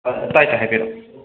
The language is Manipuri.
ꯑꯥ ꯇꯥꯏ ꯇꯥꯏ ꯍꯥꯏꯕꯤꯔꯛꯑꯣ